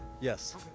Yes